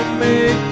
make